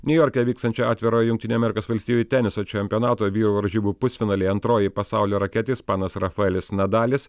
niujorke vykstančio atvirojo jungtinių amerikos valstijų teniso čempionato vyrų varžybų pusfinalyje antroji pasaulio raketė ispanas rafaelis nadalis